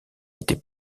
étaient